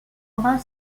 brun